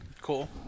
Cool